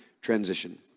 transition